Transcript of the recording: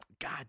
God